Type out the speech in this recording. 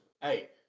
hey